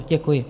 Děkuji.